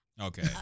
Okay